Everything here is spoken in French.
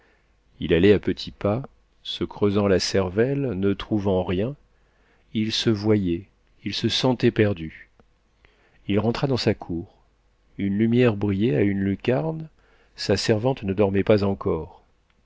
il allait à petits pas se creusant la cervelle ne trouvant rien il se voyait il se sentait perdu il rentra dans sa cour une lumière brillait à une lucarne sa servante ne dormait pas encore